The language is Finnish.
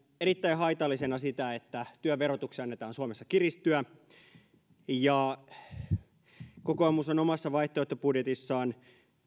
erittäin haitallisena sitä että työn verotuksen annetaan suomessa kiristyä kokoomus on omassa vaihtoehtobudjetissaan